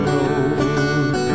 Road